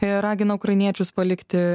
ir ragina ukrainiečius palikti